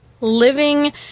living